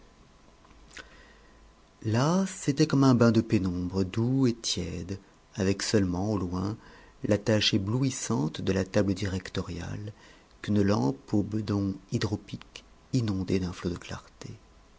là c'était comme un bain de pénombre doux et tiède avec seulement au loin la tache éblouissante de la table directoriale qu'une lampe au bedon hydropique inondait d'un flot de clarté